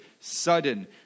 sudden